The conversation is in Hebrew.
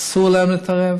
אסור להם להתערב,